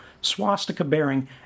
swastika-bearing